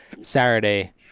Saturday